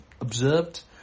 observed